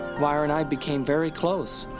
myra and i became very close.